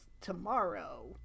tomorrow